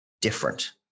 different